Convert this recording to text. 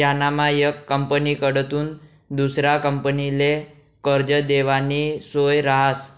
यानामा येक कंपनीकडथून दुसरा कंपनीले कर्ज देवानी सोय रहास